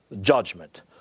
judgment